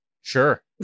Sure